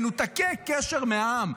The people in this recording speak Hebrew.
מנותקי קשר מהעם.